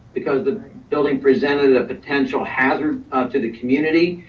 because the building presented a potential hazard to the community.